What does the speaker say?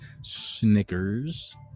Snickers